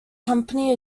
company